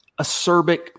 acerbic